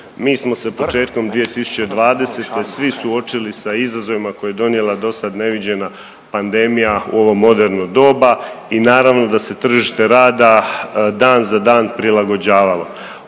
Mi smo se početkom 2020. svi suočili sa izazovima koje je donijela dosad neviđena pandemija u ovo moderno doba i naravno da se tržište rada dan za dan prilagođavalo.